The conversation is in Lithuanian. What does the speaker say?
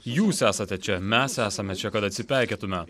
jūs esate čia mes esame čia kad atsipeikėtumėme